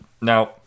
Now